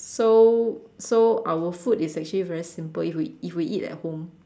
so so our food is actually very simple if we if we eat at home